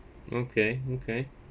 okay okay